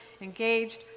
engaged